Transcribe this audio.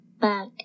back